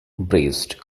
braced